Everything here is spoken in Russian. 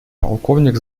полковник